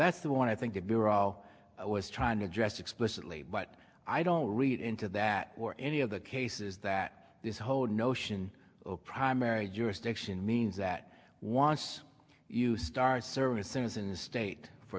that's the one i think the bureau i was trying to address explicitly but i don't read into that or any of the cases that this whole notion of primary jurisdiction means that once you start serving as citizens state for